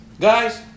Guys